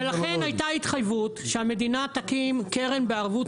ולכן הייתה התחייבות שהמדינה תקים קרן בערבות